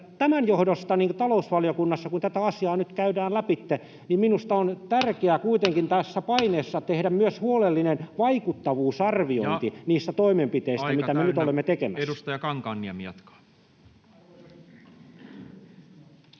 tämän johdosta talousvaliokunnassa kun tätä asiaa nyt käydään lävitse, niin minusta on tärkeää kuitenkin tässä paineessa tehdä myös huolellinen vaikuttavuusarviointi niistä toimenpiteistä, mitä me nyt olemme tekemässä. Ja aika täynnä. — Edustaja Kankaanniemi jatkaa.